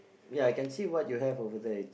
ya I can see what you have over there it's